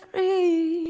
a